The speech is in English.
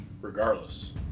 regardless